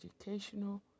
educational